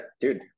dude